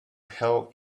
held